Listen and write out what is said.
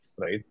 right